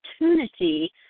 opportunity